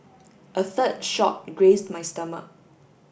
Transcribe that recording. a third shot grazed my stomach